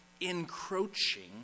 encroaching